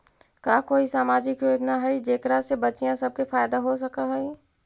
का कोई सामाजिक योजना हई जेकरा से बच्चियाँ सब के फायदा हो सक हई?